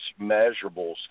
measurables